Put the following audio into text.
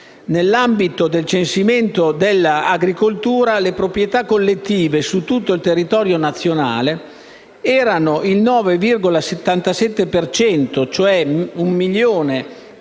nell'ambito del censimento dell'agricoltura, le proprietà collettive su tutto il territorio nazionale erano il 9,77 per cento,